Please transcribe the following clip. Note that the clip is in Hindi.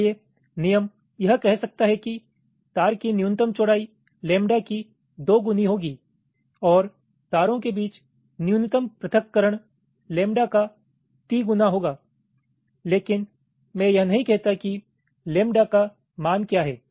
इसलिए नियम यह कह सकता है कि तार की न्यूनतम चौड़ाई लेम्बडा की दोगुनी होगीं और तारों के बीच न्यूनतम पृथक्करण लेम्बडा का तीगुना होगा लेकिन मैं यह नहीं कहता कि लेम्बडा का मान क्या है